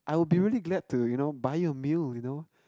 I would be really glad to you know buy you a meal you know